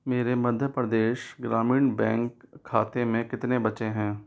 मेरे मध्य प्रदेश ग्रामीण बैंक खाते में कितने बचे हैं